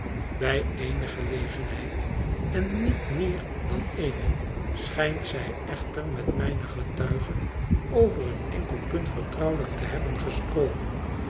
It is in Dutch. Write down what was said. bij ééne gelegenheid en niet meer dan eene schijnt zij echter met mijne getuige over een enkel punt vertrouwelijk te hebben gesproken